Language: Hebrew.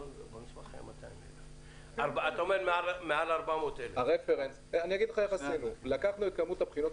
שמעל 400,000. לקחנו את כמות הבחינות